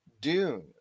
Dune